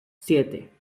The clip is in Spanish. siete